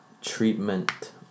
treatment